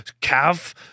cav